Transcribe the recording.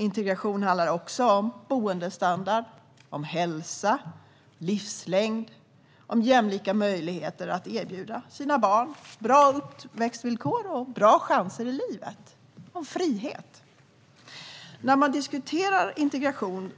Integration handlar också om boendestandard, om hälsa, om livslängd och om jämlika möjligheter för människor att erbjuda sina barn bra uppväxtvillkor, bra chanser i livet och frihet. När man diskuterar integration